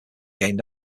gained